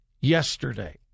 Yesterday